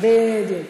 בדיוק.